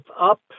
up